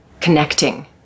connecting